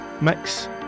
mix